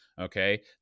okay